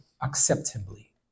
acceptably